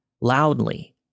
loudly